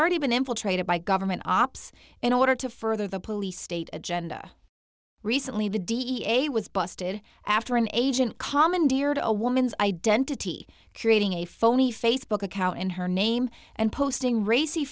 already been infiltrated by government ops in order to further the police state agenda recently the da was busted after an agent commandeered a woman's identity creating a phony facebook account in her name and posting racy